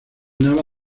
nava